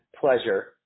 pleasure